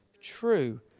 true